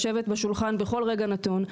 לשבת בשולחן בכל רגע נתון,